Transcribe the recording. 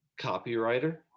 copywriter